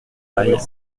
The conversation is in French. peille